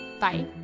Bye